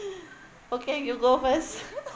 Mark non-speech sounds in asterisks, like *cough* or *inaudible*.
okay you go first *laughs*